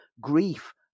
Grief